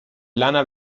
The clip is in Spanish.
lana